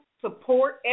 support